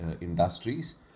industries